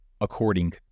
According